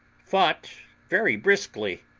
fought very briskly,